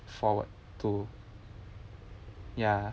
forward to ya